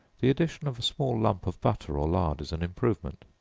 the addition of a small lump of butter or lard is an improvement.